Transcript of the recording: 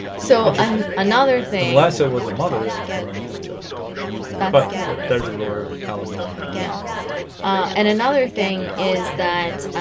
so i mean another thing i said was a mother that was coming up and said hello bailers and yeah but yeah there's a lower alabama come yeah and another thing is that